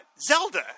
Zelda